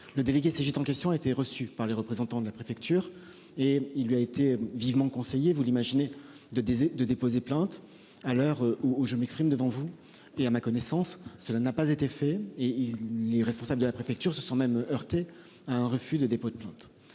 Le délégué CGT en question été reçue par les représentants de la préfecture et il lui a été vivement conseillé vous l'imaginez, de décider de déposer plainte à l'heure où je m'exprime devant vous, et à ma connaissance, cela n'a pas été fait et il les responsables de la préfecture se sont même heurté à un refus de dépôt de plainte.